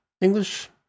English